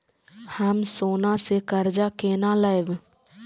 हम सोना से कर्जा केना लैब?